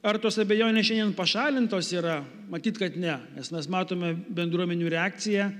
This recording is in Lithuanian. ar tos abejonės šiandien pašalintos yra matyt kad ne nes mes matome bendruomenių reakciją